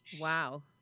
Wow